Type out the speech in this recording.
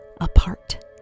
apart